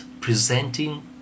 presenting